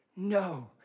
No